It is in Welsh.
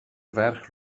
ferch